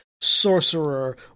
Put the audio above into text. sorcerer